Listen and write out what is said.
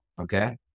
okay